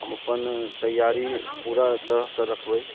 हम अपन तैरी पूरा तरहसँ रखबै